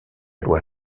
loi